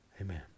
Amen